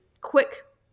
quick